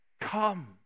Come